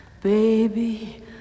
baby